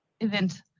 event